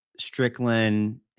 Strickland